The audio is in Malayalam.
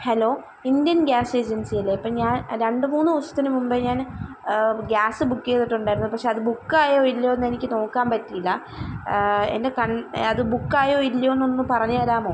ഹലോ ഇന്ത്യൻ ഗ്യാസ് ഏജൻസി അല്ലേ അപ്പോൾ ഞാൻ രണ്ടുമൂന്ന് ദിവസത്തിന് മുമ്പേ ഞാൻ ഗ്യാസ് ബുക്ക് ചെയ്തിട്ടുണ്ടായിരുന്നു പക്ഷേ അത് ബുക്ക് ആയോ ഇല്ലയോ എന്നെനിക്ക് നോക്കാൻ പറ്റിയില്ല എൻ്റെ കൺ അത് ബുക്ക് ആയോ ഇല്ലയോ എന്നൊന്ന് പറഞ്ഞു തരാമോ